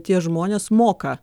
tie žmonės moka